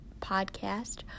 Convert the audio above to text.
podcast